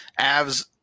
AVS